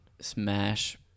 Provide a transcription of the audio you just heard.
Smash